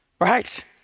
right